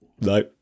no